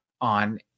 on